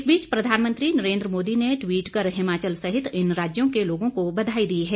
इस बीच प्रधानमंत्री नरेन्द्र मोदी ने ट्वीट कर हिमाचल सहित इन राज्यों के लोगों को बधाई दी है